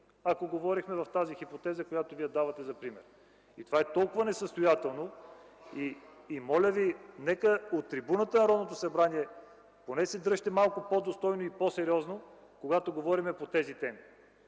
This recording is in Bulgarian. ако говорим за тази хипотеза, която Вие давате за пример? И това е толкова несъстоятелно! И моля Ви, нека поне на трибуната на Народното събрание се дръжте малко по-достойно и по-сериозно, когато говорим по тези теми.